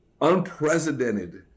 unprecedented